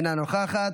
אינה נוכחת,